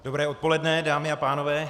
Dobré odpoledne, dámy a pánové.